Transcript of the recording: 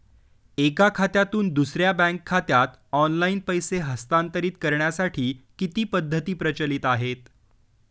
एका खात्यातून दुसऱ्या बँक खात्यात ऑनलाइन पैसे हस्तांतरित करण्यासाठी किती पद्धती प्रचलित आहेत?